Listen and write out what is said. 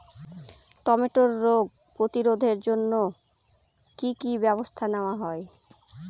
টমেটোর রোগ প্রতিরোধে জন্য কি কী ব্যবস্থা নেওয়া হয়?